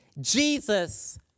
Jesus